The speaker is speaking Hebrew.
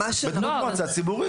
זה לא בדמות ארגון.